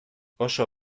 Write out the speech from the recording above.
oso